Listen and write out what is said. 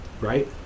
right